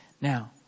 Now